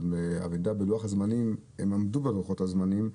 אבל הם עמדו בלוחות הזמנים,